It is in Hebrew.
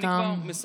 אני כבר מסיים.